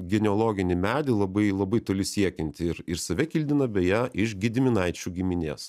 geneologinį medį labai labai toli siekiantį ir ir save kildina beje iš gediminaičių giminės